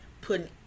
putting